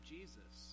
Jesus